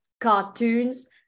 cartoons